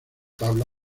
tabla